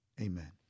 Amen